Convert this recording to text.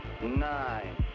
Nine